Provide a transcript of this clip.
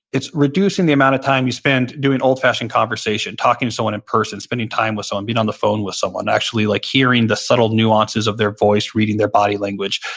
it's reducing the amount of time you spend doing old-fashioned conversation, talking to someone in person, spending time with someone, being on the phone with someone, actually like hearing the subtle nuances of their voice, reading their body language,